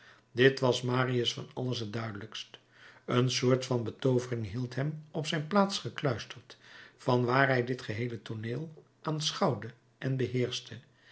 dit was marius van alles het duidelijkst een soort van betoovering hield hem op zijn plaats gekluisterd van waar hij dit geheele tooneel aanschouwde en beheerschte